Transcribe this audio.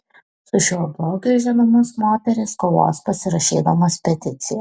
su šiuo blogiu žinomos moterys kovos pasirašydamos peticiją